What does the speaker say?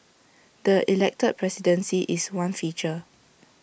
the elected presidency is one feature